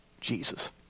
Jesus